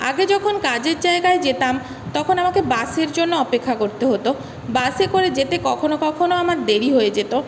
আগে যখন কাজের জায়গায় যেতাম তখন আমাকে বাসের জন্য অপেক্ষা করতে হতো বাসে করে যেতে কখনো কখনো আমার দেরি হয়ে যেত